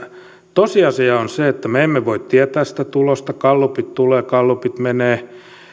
tosiasia on se että me emme voi tietää sitä tulosta gallupit tulevat ja gallupit menevät